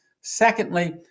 Secondly